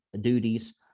duties